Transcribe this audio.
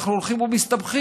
אנחנו הולכים ומסתבכים.